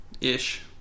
ish